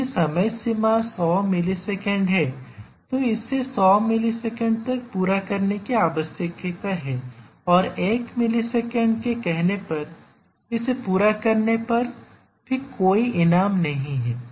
यदि समय सीमा 100 मिलीसेकंड है तो इसे 100 मिलीसेकंड तक पूरा करने की आवश्यकता है और 1 मिलीसेकंड के कहने पर इसे पूरा करने पर भी कोई इनाम नहीं है